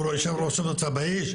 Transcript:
בהיג,